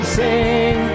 sing